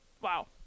wow